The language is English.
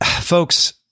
Folks